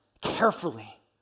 carefully